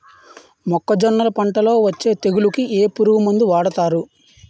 మొక్కజొన్నలు పంట లొ వచ్చే తెగులకి ఏ పురుగు మందు వాడతారు?